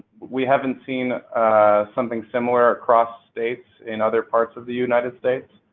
we haven't seen something similar across states in other parts of the united states?